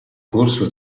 corso